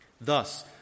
Thus